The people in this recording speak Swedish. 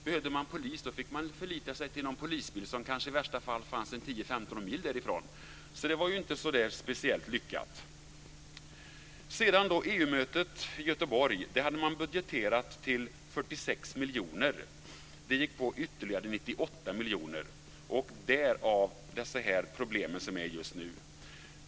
Behövde man polis fick man förlita sig till någon polisbil som kanske i värsta fall fanns 10-15 mil därifrån. Det var alltså inte så speciellt lyckat. miljoner. Det gick på ytterligare 98 miljoner - därav de problem som är just nu.